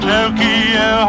Tokyo